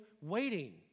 waiting